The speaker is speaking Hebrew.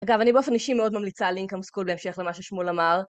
אגב, אני באופן אישי מאוד ממליצה על אינקאם סקול בהמשך למה ששמואל אמר.